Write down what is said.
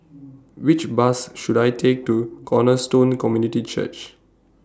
Which Bus should I Take to Cornerstone Community Church